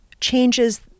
changes